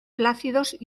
flácidos